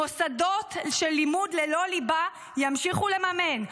מוסדות לימוד ללא ליבה ימשיכו לממן,